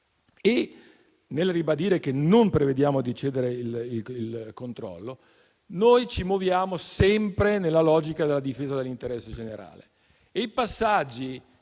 Nel ribadire che non prevediamo di cederne il controllo, ci muoveremo sempre nella logica della difesa dell'interesse generale.